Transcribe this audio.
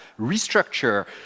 restructure